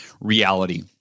reality